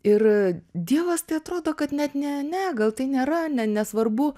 ir dievas tai atrodo kad net ne ne gal tai nėra ne nesvarbu